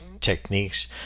techniques